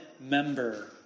member